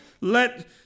let